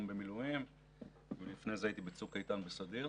במילואים ולפני זה הייתי בצוק איתן בסדיר,